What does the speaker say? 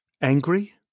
angry